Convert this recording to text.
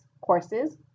courses